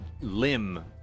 limb